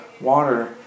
water